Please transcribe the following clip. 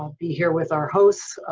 um be here with our hosts.